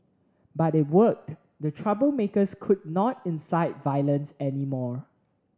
but it worked the troublemakers could not incite violence anymore